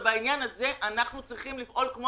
ובעניין הזה אנחנו צריכים לפעול כמו